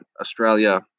Australia